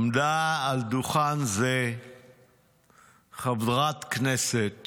עמדה על דוכן זה חברת כנסת